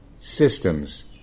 systems